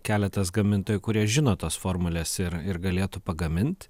keletas gamintojų kurie žino tos formules ir ir galėtų pagamint